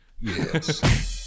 yes